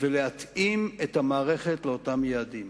ולהתאים את המערכת לאותם יעדים.